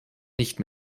nicht